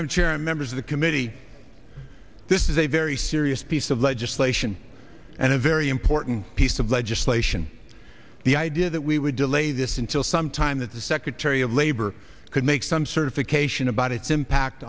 chairing members of the committee this is a very serious piece of legislation and a very important piece of legislation the idea that we would delay this until some time that the secretary of labor could make some certification about its impact